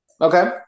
Okay